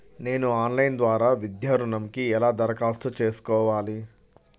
నేను ఆన్లైన్ ద్వారా విద్యా ఋణంకి ఎలా దరఖాస్తు చేసుకోవాలి?